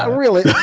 ah really,